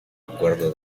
acuerdo